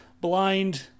blind